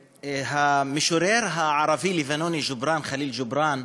המשורר הערבי-לבנוני ג'ובראן ח'ליל ג'ובראן,